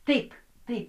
taip tai